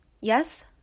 yes